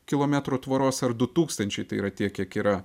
kilometrų tvoros ar du tūkstančiai tai yra tiek kiek yra